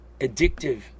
Addictive